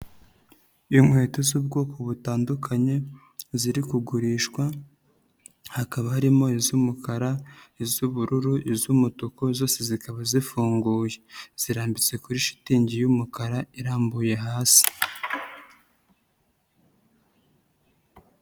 Inkweto z'ubwoko butandukanye ziri kugurishwa hakaba harimo iz'umukara, iz'ubururu, iz'umutuku zose zikaba zifunguye zirambitse kuri shitingi y'umukara irambuye hasi.